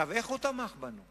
עכשיו, איך הוא תמך בנו?